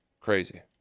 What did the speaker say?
crazy